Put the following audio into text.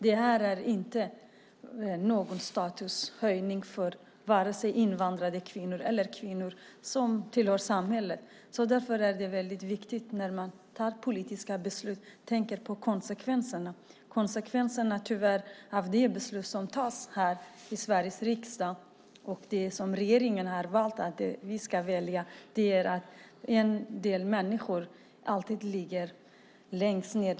Detta innebär inte någon statushöjning för vare sig invandrade kvinnor eller kvinnor som tillhör samhället. När man tar politiska beslut är det därför väldigt viktigt att man tänker på konsekvenserna. Konsekvenserna av de beslut som tas här i Sveriges riksdag och det som regeringen har valt är tyvärr att en del människor alltid ligger längst ned.